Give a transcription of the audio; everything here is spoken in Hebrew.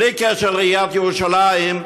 בלי קשר לעיריית ירושלים,